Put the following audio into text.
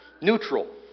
neutral